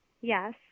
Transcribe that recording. Yes